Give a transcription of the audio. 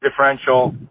differential